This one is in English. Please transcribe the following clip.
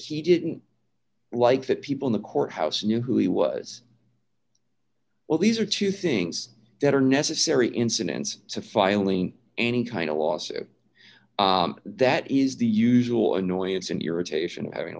he didn't like that people in the courthouse knew who he was well these are two things that are necessary incidents to filing any kind of lawsuit that is the usual annoyance and irritation of having a